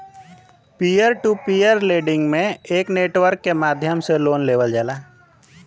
peer to peer lending में एक network के माध्यम से लोन लेवल जाला